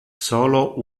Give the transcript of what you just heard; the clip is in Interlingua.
solo